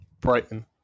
Brighton